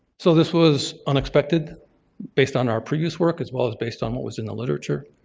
so this was unexpected based on our previous work as well as based on what was in the literature.